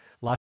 lots